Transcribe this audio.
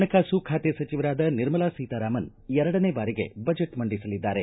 ಪಣಕಾಸು ಖಾತೆ ಸಚಿವರಾದ ನಿರ್ಮಲಾ ಸೀತಾರಾಮನ್ ಎರಡನೇ ಬಾರಿಗೆ ಬಜೆಟ್ ಮಂಡಿಸಲಿದ್ದಾರೆ